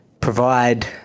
provide